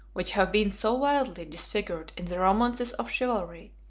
which have been so wildly disfigured in the romances of chivalry,